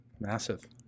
Massive